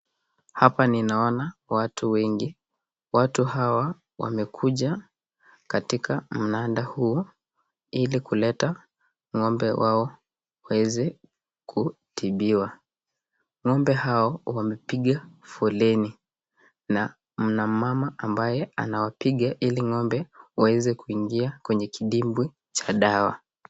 Hapa ninaona watu wengi. Watu hawa wamekuja katika mnanda huu ili kuleta ngombe wao waeze kutibiwa. Ngombe hao wamepiga foleni na mna mama ambaye anawapiga ili ngombe waeze kuingia kwenye kidimbwi cha dawa.